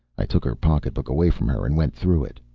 i took her pocketbook away from her and went through it.